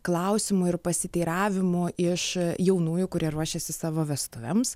klausimų ir pasiteiravimų iš jaunųjų kurie ruošėsi savo vestuvėms